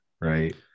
right